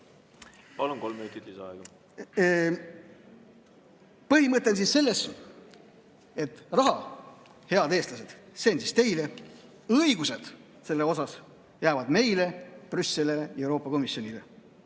Palun, kolm minutit lisaaega. Põhimõte on siis selles, et raha, head eestlased, see on siis teile, õigused selle osas jäävad meile – Brüsselile, Euroopa Komisjonile.